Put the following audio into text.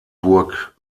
burg